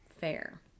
fair